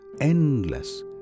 endless